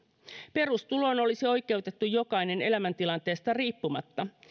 perustuloon olisi oikeutettu jokainen elämäntilanteesta riippumatta